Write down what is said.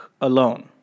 alone